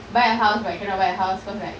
buy a house but cannot buy a house cause like